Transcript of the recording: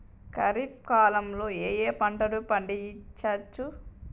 ఖరీఫ్ కాలంలో ఏ ఏ పంటలు పండించచ్చు?